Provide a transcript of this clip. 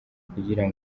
kugira